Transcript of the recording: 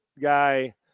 guy